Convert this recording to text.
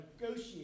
negotiate